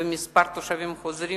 ומספר התושבים החוזרים